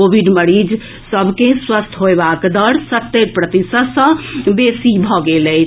Covid मरीज सभ के स्वस्थ होएबाक दर सत्तरि प्रतिशत सँ बेसी भऽ गेल अछि